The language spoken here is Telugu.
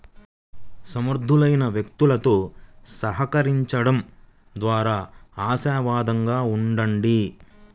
సమర్థులైన వ్యక్తులతో సహకరించండం ద్వారా ఆశావాదంగా ఉండండి